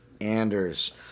Anders